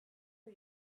are